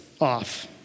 off